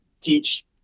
teach